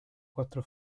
quattro